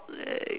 like